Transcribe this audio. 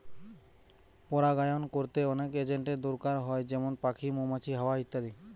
পরাগায়ন কোরতে অনেক এজেন্টের দোরকার হয় যেমন পাখি, মৌমাছি, হাওয়া ইত্যাদি